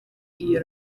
iyo